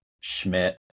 Schmidt